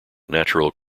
natural